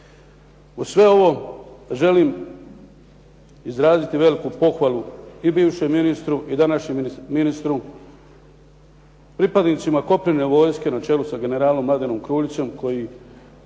Uz sve ovo želim izraziti veliku pohvalu i bivšem ministru i današnjem ministru, pripadnicima kopnene vojske na čelu sa generalom Mladenom Kruljićem koji